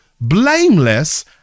blameless